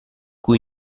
cui